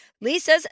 lisa's